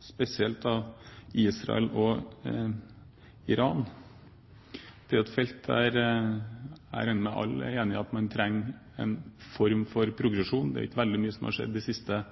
spesielt Israel og Iran. Det er et felt der jeg regner med at alle er enige om at man trenger en form for progresjon. Det er ikke veldig mye som har skjedd de siste